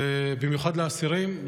במיוחד לאסירים,